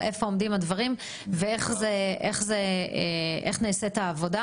איפה עומדים הדברים ואיך נעשית העבודה,